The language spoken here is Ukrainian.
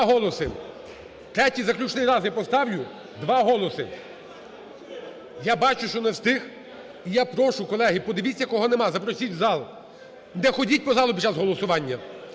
Два голоси. Третій, заключний раз я поставлю. Два голоси. Я бачу, що не встиг. І я прошу, колеги, подивіться кого нема, запросіть в зал. Не ходіть по залу під час голосування,